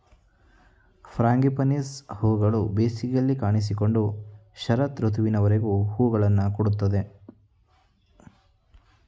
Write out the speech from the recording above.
frangipanis ಹೂಗಳು ಬೇಸಿಗೆಯಲ್ಲಿ ಕಾಣಿಸಿಕೊಂಡು ಶರತ್ ಋತುವಿನವರೆಗೂ ಹೂಗಳನ್ನು ಕೊಡುತ್ತದೆ